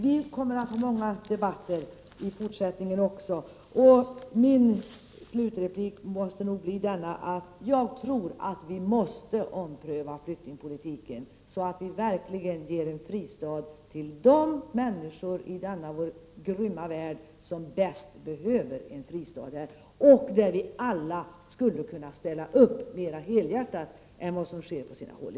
Vi kommer att föra många debatter i fortsättningen också, och min slutreplik måste bli den, att jag tror att vi måste ompröva flyktingpolitiken, så att vi verkligen ger en fristad åt de människor i denna grymma värld som bäst behöver det och att vi alla ställer upp mera helhjärtat än vad som sker i dag på sina håll.